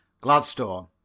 Gladstone